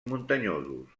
muntanyosos